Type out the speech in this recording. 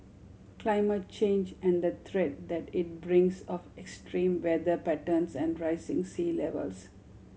climate change and the threat that it brings of extreme weather patterns and rising sea levels